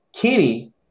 Kenny